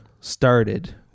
started